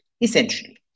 essentially